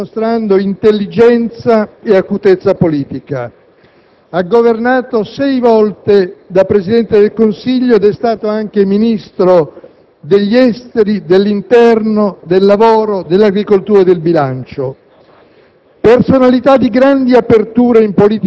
e, per lunghi anni, senatore a vita, sempre dimostrando intelligenza e acutezza politica. Ha governato sei volte da Presidente del Consiglio ed è stato anche Ministro degli affari esteri, dell'interno, del lavoro, dell'agricoltura e del bilancio.